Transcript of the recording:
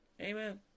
Amen